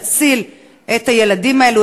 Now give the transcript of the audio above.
נציל את הילדים האלה,